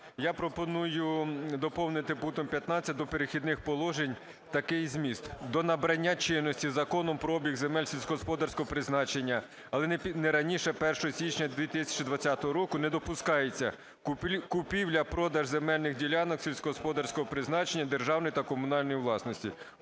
Я пропоную доповнити пунктом 15 до "Перехідних положень" такий зміст: "До набрання чинності законом про обіг земель сільськогосподарського призначення, але не раніше 1 січня 2020 року, не допускається: купівля-продаж земельних ділянок сільськогосподарського призначення державної та комунальної власності".